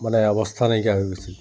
মানে অৱস্থা নাইকিয়া হৈ গৈছিল